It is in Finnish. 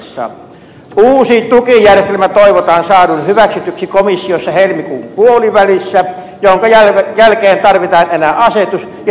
uusi tukijärjestelmä toivotaan saadun hyväksytyksi komissiossa helmikuun puolivälissä jonka jälkeen tarvitaan enää asetus ja siihenkin menee oma aikansa